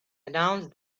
announced